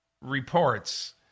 reports